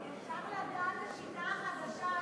אפשר לדעת את השיטה החדשה,